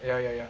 ya ya ya